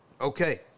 okay